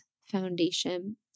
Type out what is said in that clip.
foundation